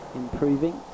improving